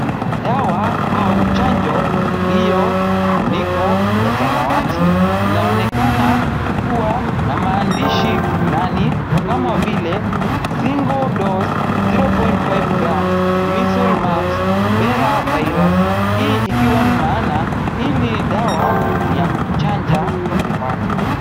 Dawa au chanjo iliyo na kifuniko ya samawati, inaonekana kuwa na maandishi fulani kama vile; single dose 0.5g Measles, Mumps, Rubella Virus . Hii ikiwa ni maana, hili dawa ni ya kuchanja watu.